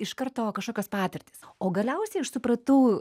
iš karto kažkokios patirtys o galiausiai aš supratau